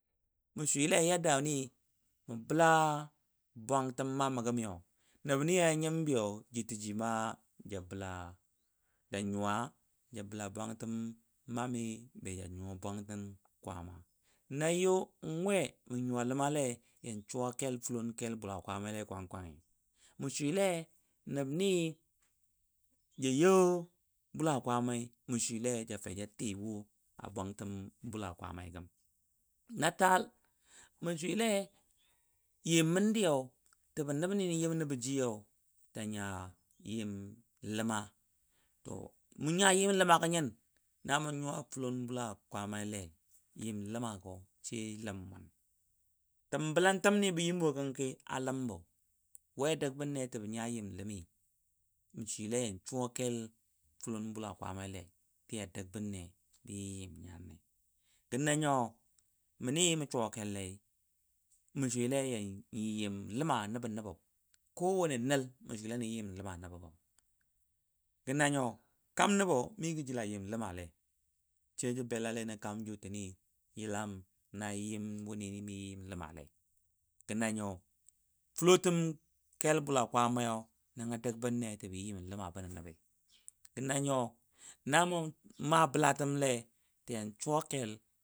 Mə SwiLe nɨɨ mə bəla bwangɨəm mammə gəmiyo, nəbniya nyambɨyo, Jitaji Ja bəLa Janyuwa, Ja bəla bwangɨəm mam mɨ beJa bwangtəm n kwaama. Na, yo nwe mə nyuwa LaməLe yan suwa kEL FoLon KəL BoLa kwaama. Nayo, Le kwang kwangɨ, mə swɨLe- nəb nə ja you Bula kwaamai, mə swɨLe Jaf ja ɨɨ woa bwangtəm Bula kwaamai gəm. NataaL, mə swɨLe Yɨm məndɨyo, təbə nəbnɨ nə yəm nəbə jiyo, tanya. Yam Ləma monya Yɨm Lama gə nyɨn? namu nyuwa FuLon Bula kwaamaiLei, Yam Ləma go Ləmmon Təm BəLəntəmnɨ bə yamwo Kəng kɨɨ, a Lambo, we dəg bənne tə bə nya FoLon BuLa kwaamaiLe, Yan suwa keL FuLon Bula kwaamaiLe, tə ya dəg bənne bə Ya Yam nyanne Gənanyo, mənɨ mə suwa kELLei məsWiLe n yɨ yɨm Ləma nəbə nəbo nəL mə nɨ mə swɨLe nə yɨ yɨm Ləmə nəbo nəL mə swɨLen nə yɨ yɨm Ləma nənə go. Gənan yo, kaam nəbo mɨgə jəLa yɨm LəmaLe, nəL mə swɨLe nəyɨ yɨm mɨgə jəLa yɨm LəmaLe, Jə beLaLe nə kaam huɨnnɨ yəLam nayɨm wunɨ nɨ mɨ yɨm LəmaLe, gə nanyo, nəngə dəg bənne təbə yɨyɨm Ləma bənə nə bɨ gə nan yo na mu maa bəLatəm Le tə yalsuwa kEL.